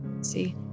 see